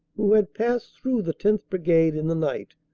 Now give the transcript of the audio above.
who had passed through the tenth. brigade in the night,